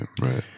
right